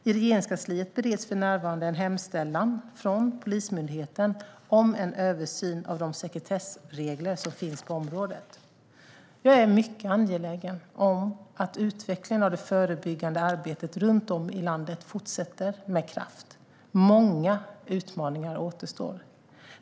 I Regeringskansliet bereds för närvarande en hemställan från Polismyndigheten om en översyn av de sekretessregler som finns på området. Jag är mycket angelägen om att utvecklingen av det förebyggande arbetet runt om i landet fortsätter med kraft, men många utmaningar återstår.